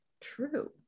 True